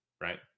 right